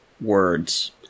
words